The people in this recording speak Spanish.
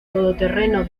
todoterreno